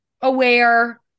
aware